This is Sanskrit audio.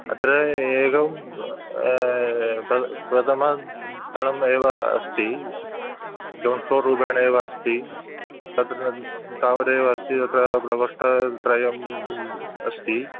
अत्र एकं प्र प्रथमस्थलम् एव अस्ति ग्रौण्ड् फ़्लोर् रूपेण एव अस्ति तत्र तावदेव अस्ति तत्र प्रकोष्ठत्रयम् अस्ति